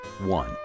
One